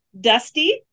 Dusty